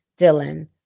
Dylan